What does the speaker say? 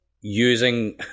using